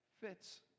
fits